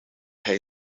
hij